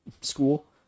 school